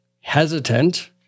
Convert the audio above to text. hesitant